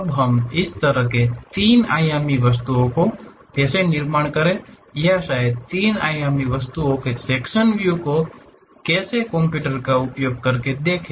अब हम इस तरह के तीन आयामी वस्तुओं का निर्माण कैसे करें या शायद तीन आयामी वस्तुओं के सेक्शन व्यू को कैसे कंप्यूटर का उपयोग करके कैसे देखे